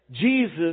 Jesus